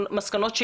הנדרשת.